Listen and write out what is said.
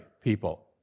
people